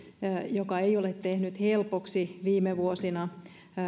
joka ei ole tehnyt viime vuosina